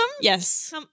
Yes